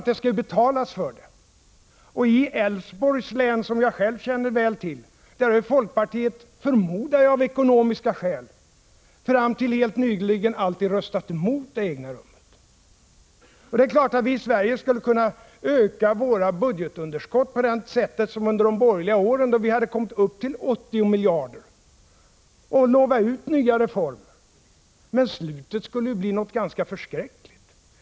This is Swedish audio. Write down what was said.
Men de skall ju finansieras. Och i Älvsborgs län, som jag själv känner väl till, har folkpartiet, förmodligen av ekonomiska skäl, fram till helt nyligen röstat emot det egna rummet. Det är klart att vi i Sverige skulle kunna öka vårt budgetunderskott på samma sätt som under de borgerliga åren, då vi kom upp till 80 miljarder, och utlova nya reformer. Men slutet skulle bli ganska förskräckligt.